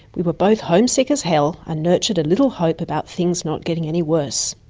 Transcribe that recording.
we were both homesick as hell and nurtured a little hope about things not getting any worse.